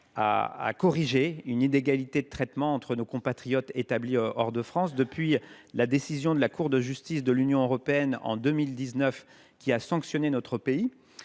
à corriger une inégalité de traitement entre nos compatriotes établis hors de France, mise en lumière par une décision de la Cour de justice de l’Union européenne (CJUE) de 2019, qui a sanctionné notre pays.